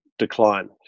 decline